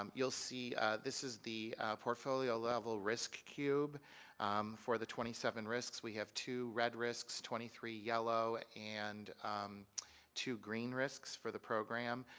um you'll see this is the portfolio level risk cube for the twenty seven risks. we have two red risks, twenty three yellow and two green risks for the program.